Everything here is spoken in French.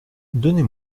donnez